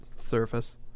Surface